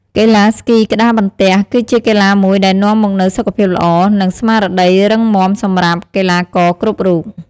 កីឡាស្គីក្ដារបន្ទះ គឺជាកីឡាមួយដែលនាំមកនូវសុខភាពល្អ និង ស្មារតីរឹងមាំសម្រាប់កីឡាករគ្រប់រូប។